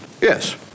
Yes